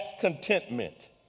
contentment